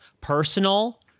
personal